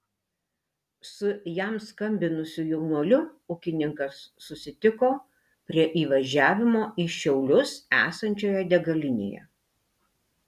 su jam skambinusiu jaunuoliu ūkininkas susitiko prie įvažiavimo į šiaulius esančioje degalinėje